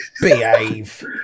Behave